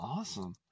Awesome